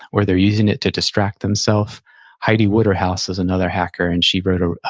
or they're using it to distract themself heidi waterhouse is another hacker and she wrote a,